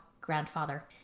grandfather